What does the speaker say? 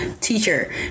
teacher